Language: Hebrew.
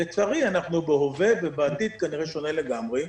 לצערי אנחנו בהווה ובעתיד כנראה שונים לגמרי.